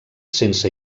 sense